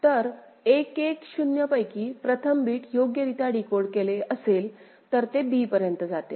तर 1 1 0 पैकी प्रथम बीट योग्यरित्या डीकोड केले असेल तर ते b पर्यंत जाते